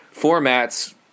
formats –